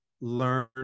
learn